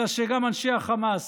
אלא שגם אנשי חמאס,